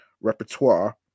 repertoire